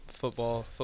Football